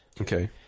Okay